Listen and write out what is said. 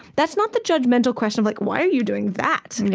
that's not the judgmental question of like why are you doing that?